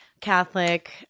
Catholic